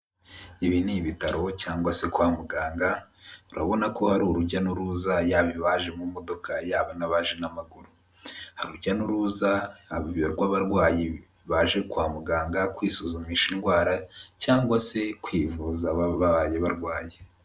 Ibi ni ibitaro cyangwa se kwa muganga, urabona ko hari urujya n'uruza yaba abaje mu modoka, yaba n'abaje n'amaguru. Hari rujya n'uruza rw'abarwayi baje kwa muganga kwisuzumisha indwara cyangwa se kwivuza babaye barwaye.